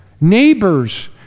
neighbors